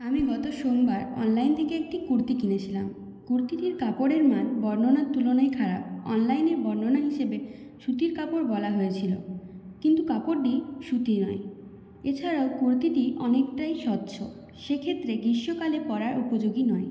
আমি গত সোমবার অনলাইন থেকে একটি কুর্তি কিনেছিলাম কুর্তিটির কাপড়ের মান বর্ণনার তুলনায় খারাপ অনলাইনের বর্ণনা হিসেবে সুতির কাপড় বলা হয়েছিল কিন্তু কাপড়টি সুতি নয় এছাড়াও কুর্তিটি অনেকটাই স্বচ্ছ সেক্ষেত্রে গ্রীষ্মকালে পড়ার উপযোগী নয়